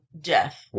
death